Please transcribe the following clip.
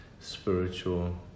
spiritual